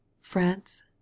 France